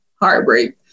heartbreak